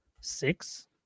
six